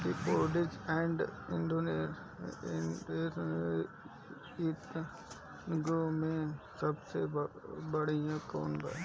Deposit and investment इन दुनो मे से सबसे बड़िया कौन बा?